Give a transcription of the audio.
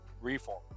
Reform